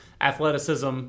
athleticism